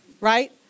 right